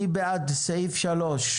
מי בעד אישור סעיף 3?